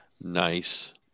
Nice